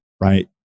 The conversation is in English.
right